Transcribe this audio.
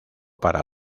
para